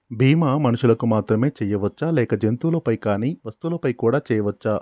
బీమా మనుషులకు మాత్రమే చెయ్యవచ్చా లేక జంతువులపై కానీ వస్తువులపై కూడా చేయ వచ్చా?